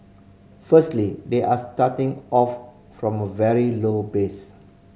firstly they are starting off from a very low base